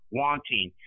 wanting